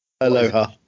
Aloha